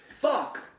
fuck